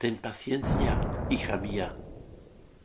ten paciencia hija mía